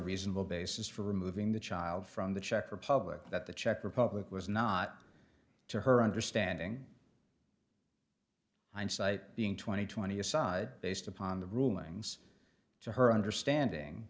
reasonable basis for removing the child from the czech republic that the czech republic was not to her understanding hindsight being twenty twentieth's sighed based upon the rulings to her understanding